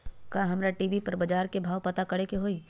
का हमरा टी.वी पर बजार के भाव पता करे के होई?